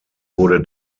wurde